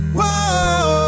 Whoa